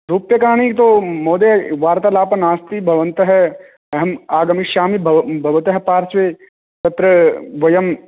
रूप्यकाणी तु महोदय वार्तालाप नास्ति भवन्तः अहं आगमिष्यामि भवतः पार्श्वे तत्र वयं